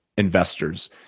investors